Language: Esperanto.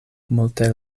multe